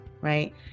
right